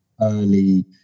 early